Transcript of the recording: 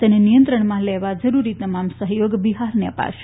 તેને નિયંત્રણમાં લેવા જરૂરી તમામ સહયોગ બિહારને અપાશે